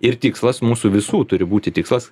ir tikslas mūsų visų turi būti tikslas